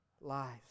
lives